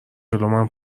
جلومن